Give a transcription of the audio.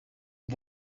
and